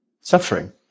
suffering